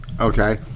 Okay